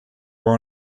were